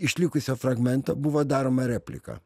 išlikusio fragmento buvo daroma replika